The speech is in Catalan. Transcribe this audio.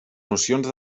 nocions